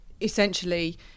essentially